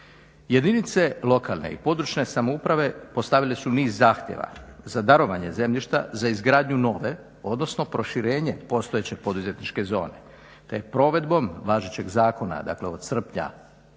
Jedinice lokalne i područne samouprave postavile su niz zahtjeva za darovanje zemljišta, za izgradnju nove odnosno proširenje postojeće poduzetničke zone te je provedbom važećeg zakona dakle od srpnja